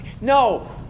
No